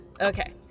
Okay